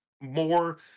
more